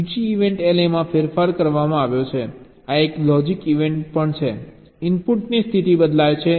સૂચિ event LA માં ફેરફાર કરવામાં આવ્યો છે ત્યાં એક લોજિક ઇવેન્ટ પણ છે ઇનપુટની સ્થિતિ બદલાઈ છે